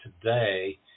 today